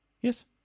Yes